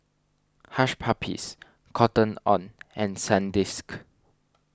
Hush Puppies Cotton on and Sandisk